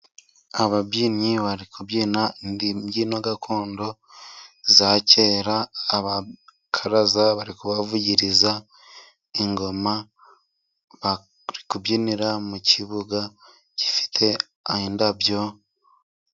Ababyinnyi bari kubyina imbyino gakondo za kera. Abakaraza bari kubavugiriza ingoma, bari kubyinira mu kibuga gifite indabyo.